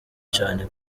cane